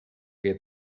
que